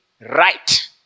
right